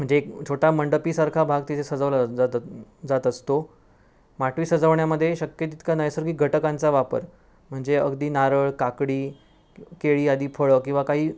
म्हणजे छोटा मंडपीसारखा भाग तिथे सजवला ज जातो जात असतो माटवी सजवण्यामध्ये शक्य तितका नैसर्गिक घटकांचा वापर म्हणजे अगदी नारळ काकडी केळी आदी फळं किंवा काही